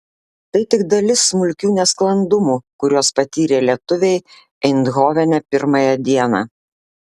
tai tik dalis smulkių nesklandumų kuriuos patyrė lietuviai eindhovene pirmąją dieną